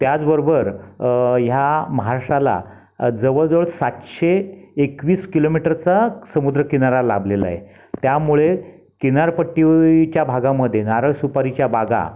त्याचबरोबर ह्या महाराष्ट्राला जवळ जवळ सातशे एकवीस किलोमीटरचा समुद्रकिनारा लाभलेला आहे त्यामुळे किनार पट्टीवरच्या भागामध्ये नारळ सुपारीच्या बागा